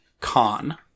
con